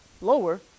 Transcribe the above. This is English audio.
lower